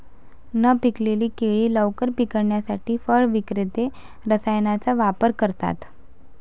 न पिकलेली केळी लवकर पिकवण्यासाठी फळ विक्रेते रसायनांचा वापर करतात